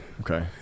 Okay